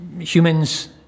humans